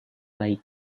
baik